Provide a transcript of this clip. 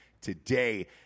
today